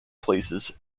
places